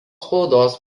spaudos